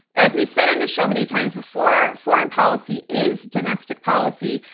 as we've said on the show many times before, foreign policy is domestic policy,